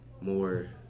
more